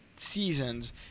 seasons